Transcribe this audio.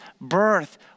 birth